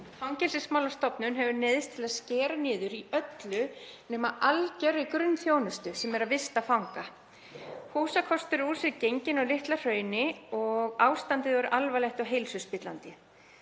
Fangelsismálastofnun hefur neyðst til að skera niður í öllu nema algjörri grunnþjónustu, sem er að vista fanga. Húsakostur er úr sér genginn á Litla-Hrauni og ástandið er alvarlegt og heilsuspillandi.